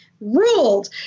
ruled